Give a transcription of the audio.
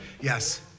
Yes